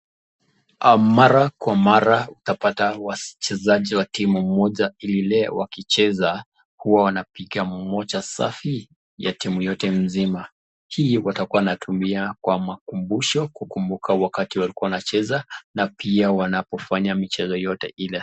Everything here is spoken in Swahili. Mara kwa mara utapata wachezaji wa timu moja ilile wakicheza huwa wanapiga moja safi ya timu yote mzima. Hii watakuwa wanatumia kwa makumbusho kukumbuka wakati walikuwa wanacheza na pia wanapofanya michezo yote ile.